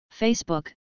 Facebook